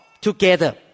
together